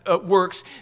works